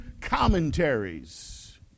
commentaries